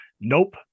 Nope